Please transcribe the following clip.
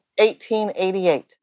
1888